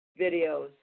videos